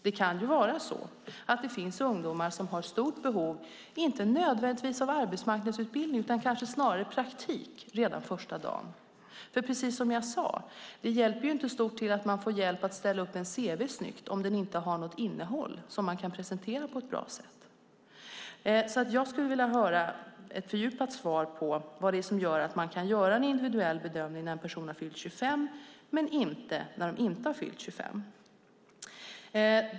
Det kan finnas ungdomar som har stort behov, inte nödvändigtvis av arbetsmarknadsutbildning utan snarare av praktik redan första dagen. Precis som jag sade tidigare hjälper det inte stort till att man får hjälp med att ställa upp en cv snyggt om den inte har något innehåll som man kan presentera på ett bra sätt. Jag skulle vilja ha ett fördjupat svar på vad det är som gör att man kan göra en individuell bedömning när en individ har fyllt 25 men inte när hon inte har fyllt 25.